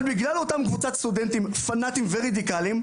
אבל בגלל אותן קבוצות של סטודנטים פנאטיים ורדיקלים,